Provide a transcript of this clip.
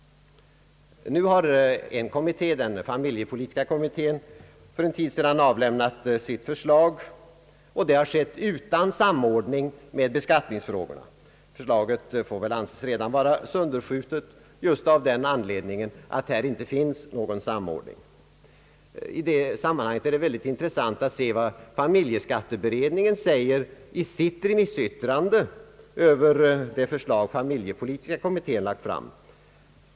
Nu har en utredning — den familjepolitiska kommittén — för en tid sedan avlämnat sitt förslag, och det har skett utan samordning med beskattningsfrågorna. Förslaget får väl anses redan vara sönderskjutet, av den anledning att det inte finns någon sådan samordning. I det sammanhanget är det intressant att se vad familjeskatteberedningen säger i sitt remissyttrande över det förslag familjepolitiska kommittén lagt fram.